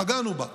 פגענו בה.